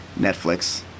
Netflix